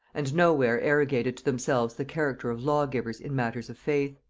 and no where arrogated to themselves the character of lawgivers in matters of faith.